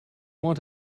want